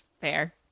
Fair